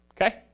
okay